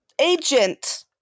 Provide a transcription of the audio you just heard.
agent